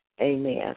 Amen